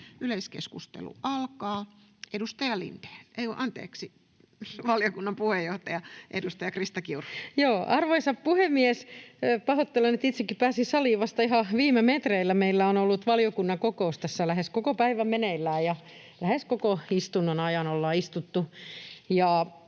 päätetään lakiehdotusten sisällöstä. — Valiokunnan puheenjohtaja, edustaja Krista Kiuru. Arvoisa puhemies! Pahoittelen nyt itsekin. Pääsin saliin vasta ihan viime metreillä. Meillä on ollut valiokunnan kokous tässä lähes koko päivän meneillään, lähes koko istunnon ajan ollaan istuttu,